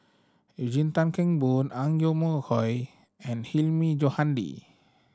Eugene Tan Kheng Boon Ang Yoke Mooi and Hilmi Johandi